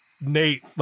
Nate